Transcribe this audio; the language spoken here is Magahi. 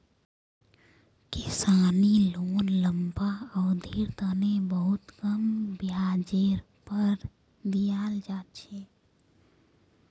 किसानी लोन लम्बा अवधिर तने बहुत कम ब्याजेर दर पर दीयाल जा छे